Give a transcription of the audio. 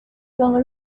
only